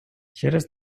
через